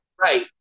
Right